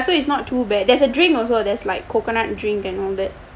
ya so it's not too bad there's a drink also there's like coconut drink and all that